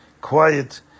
quiet